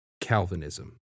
Calvinism